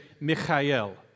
Michael